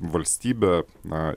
valstybė na